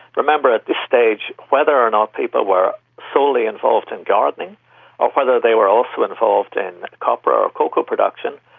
remember at this stage, whether or not people were solely involved in gardening or whether they were also involved in copper or cocoa production,